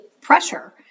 pressure